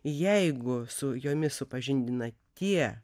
jeigu su jomis supažindina tie